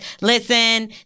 listen